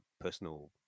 personal